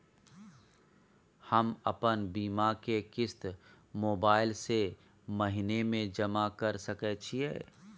हम अपन बीमा के किस्त मोबाईल से महीने में जमा कर सके छिए?